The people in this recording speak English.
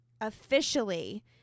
officially